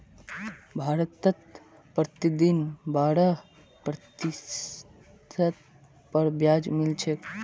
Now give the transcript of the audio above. भारतत प्रतिदिन बारह प्रतिशतेर पर ब्याज मिल छेक